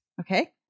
Okay